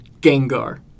Gengar